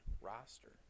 roster